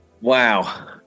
wow